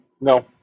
No